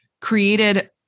created